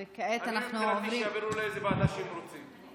מבחינתי, שיעבירו לאיזו ועדה שהם רוצים.